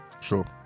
Sure